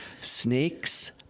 Snakes